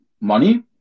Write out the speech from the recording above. money